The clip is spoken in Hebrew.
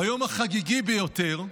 ביום החגיגי ביותר,